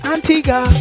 Antigua